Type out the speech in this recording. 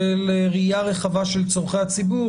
של ראייה רחבה של צורכי הציבור.